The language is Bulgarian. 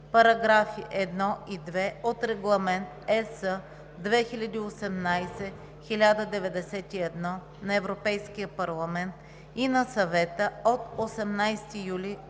параграфи 1 и 2 от Регламент (ЕС) 2018/1091 на Европейския парламент и на Съвета от 18 юли